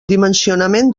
dimensionament